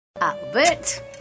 Albert